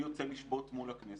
אני יוצא לשבות מול הכנסת.